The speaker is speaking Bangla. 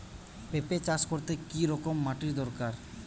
পেঁপে চাষ করতে কি রকম মাটির দরকার?